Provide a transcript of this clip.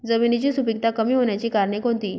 जमिनीची सुपिकता कमी होण्याची कारणे कोणती?